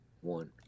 one